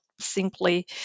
simply